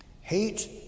hate